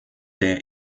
der